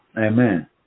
Amen